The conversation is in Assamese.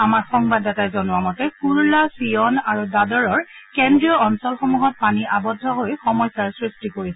আমাৰ সংবাদদাতাই জনোৱা মতে কাৰলা ছিয়ন আৰু দাদৰৰ কেন্দ্ৰীয় অঞ্চলসমূহত পানী আৱদ্ধ হৈ সমস্যাৰ সৃষ্টি কৰিছে